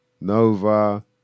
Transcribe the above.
Nova